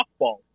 softball